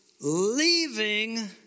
leaving